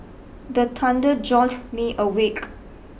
the thunder jolt me awake